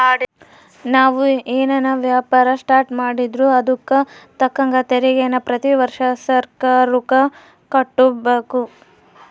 ನಾವು ಏನನ ವ್ಯಾಪಾರ ಸ್ಟಾರ್ಟ್ ಮಾಡಿದ್ರೂ ಅದುಕ್ ತಕ್ಕಂಗ ತೆರಿಗೇನ ಪ್ರತಿ ವರ್ಷ ಸರ್ಕಾರುಕ್ಕ ಕಟ್ಟುಬಕು